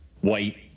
white